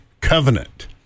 Covenant